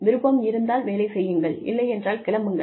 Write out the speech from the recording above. விருப்பம் இருந்தால் வேலை செய்யுங்கள் இல்லையென்றால் கிளம்புங்கள்